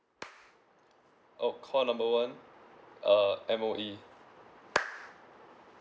oh call number one uh M_O_E